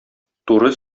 туры